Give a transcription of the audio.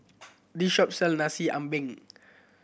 this shop sell Nasi Ambeng